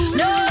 no